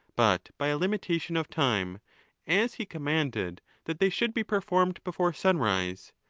but by a limitation of time as he com manded that they should be performed before sunrise.